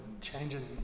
changing